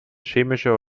chemische